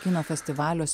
kino festivaliuose